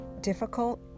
difficult